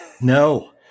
No